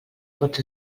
pots